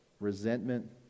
Resentment